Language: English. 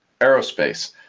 aerospace